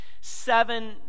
seven